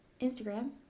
Instagram